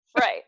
right